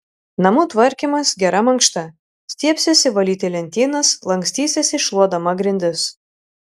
namų tvarkymas gera mankšta stiebsiesi valyti lentynas lankstysiesi šluodama grindis